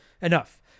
Enough